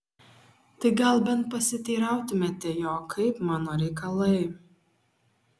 tai gal bent pasiteirautumėte jo kaip mano reikalai